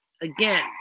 Again